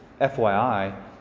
FYI